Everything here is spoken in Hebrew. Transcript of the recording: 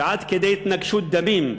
ועד כדי התנגשות דמים,